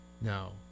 No